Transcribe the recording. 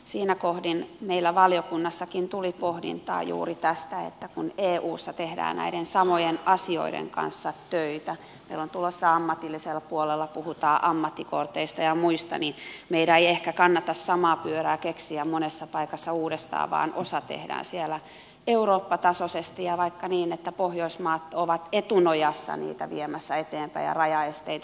siinä kohdin meillä valiokunnassakin tuli pohdintaa juuri tästä että kun eussa tehdään näiden samojen asioiden kanssa töitä ammatillisella puolella puhutaan ammattikorteista ja muista niin meidän ei ehkä kannata samaa pyörää keksiä monessa paikassa uudestaan vaan osa tehdään siellä eurooppa tasoisesti ja vaikka niin että pohjoismaat ovat etunojassa niitä viemässä eteenpäin ja rajaesteitä poistamassa